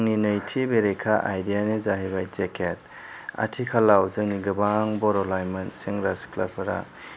आंनि नैथि बेरेखा आयदायानो जाहैबाय जेकेट आथिखालाव जोंनि गोबां बर' लाइमोन सेंग्रा सिख्लाफोरा